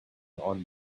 order